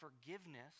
forgiveness